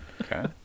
Okay